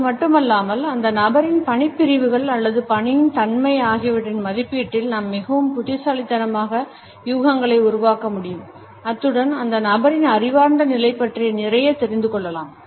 அது மட்டுமல்லாமல் அந்த நபரின் பணிப் பிரிவுகள் அல்லது பணியின் தன்மை ஆகியவற்றின் மதிப்பீட்டில் நாம் மிகவும் புத்திசாலித்தனமான யூகங்களை உருவாக்க முடியும் அத்துடன் அந்த நபரின் அறிவார்ந்த நிலை பற்றி நிறைய தெரிந்து கொள்ளலாம்